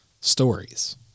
stories